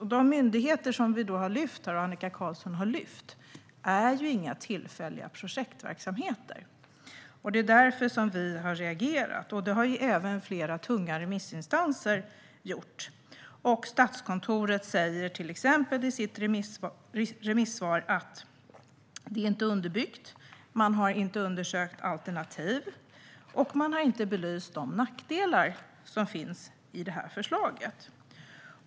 Men de myndigheter som Annika Qarlsson har lyft fram här är inga tillfälliga projektverksamheter. Det är därför som vi har reagerat. Det har även flera tunga remissinstanser gjort. I sitt remissvar säger till exempel Statskontoret att detta inte är underbyggt. Man har inte undersökt alternativ och inte belyst de nackdelar som finns i förslaget.